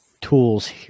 tools